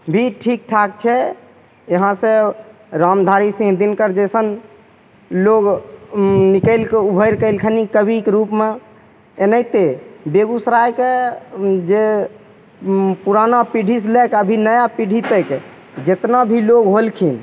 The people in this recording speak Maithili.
भी ठीक ठाक छै यहाँ से रामधारी सिंह दिनकर जइसन लोक निकलिके उभरिके अएलखिन कविके रूपमे एनाहिते बेगूसरायके जे पुराना पीढ़ीसे लैके अभी नया पीढ़ी तक जतना भी लोक होलखिन